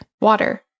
water